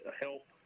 help